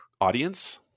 audience